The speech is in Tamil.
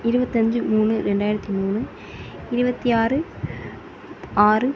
இருபத்தஞ்சி மூணு ரெண்டாயிரத்தி மூணு இருபத்தி ஆறு ஆறு